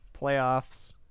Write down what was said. Playoffs